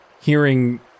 Hearing